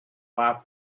life